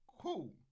cool